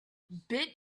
bit